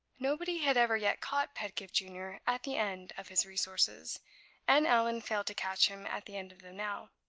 nobody had ever yet caught pedgift junior at the end of his resources and allan failed to catch him at the end of them now.